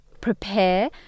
prepare